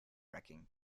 racking